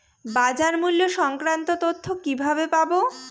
বাজার মূল্য সংক্রান্ত তথ্য কিভাবে পাবো?